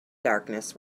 darkness